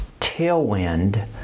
Tailwind